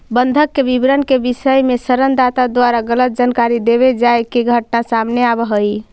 बंधक के विवरण के विषय में ऋण दाता द्वारा गलत जानकारी देवे जाए के घटना सामने आवऽ हइ